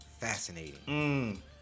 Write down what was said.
fascinating